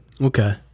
Okay